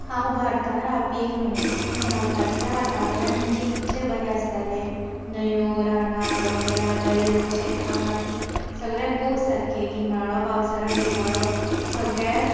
हांव भारतांत रावपी एक मनीस पूण भारतांतलें वातावरण म्हणजे कितलें बरें आसतालें न्हंयो रानां डोंगरा दर्या शेतां माती सगळें पोव सारकें गिमाळो पावसाळो हिंवाळो सगळें